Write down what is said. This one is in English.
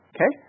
Okay